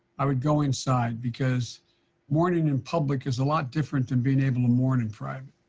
i would go inside, because mourning in public is a lot different than being able to mourn in private.